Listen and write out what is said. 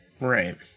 Right